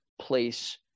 place